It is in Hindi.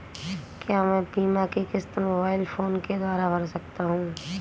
क्या मैं बीमा की किश्त मोबाइल फोन के द्वारा भर सकता हूं?